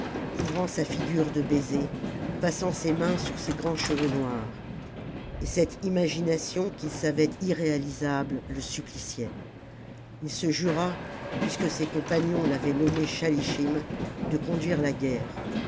couvrant sa figure de baisers passant ses mains sur ses grands cheveux noirs et cette imagination qu'il savait irréalisable le suppliciait ii se jura puisque ses compagnons l'avaient nommé schalischim de conduire la guerre